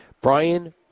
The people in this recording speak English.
Brian